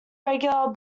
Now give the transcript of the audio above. regular